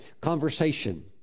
Conversation